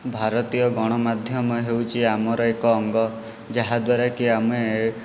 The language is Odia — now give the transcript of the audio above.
ଭାରତୀୟ ଗଣମାଧ୍ୟମ ହେଉଛି ଆମର ଏକ ଅଙ୍ଗ ଯାହାଦ୍ୱାରାକି ଆମେ